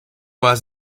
war